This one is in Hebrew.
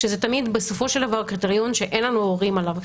שזה תמיד בסופו של דבר קריטריון שאין לנו עוררין עליו.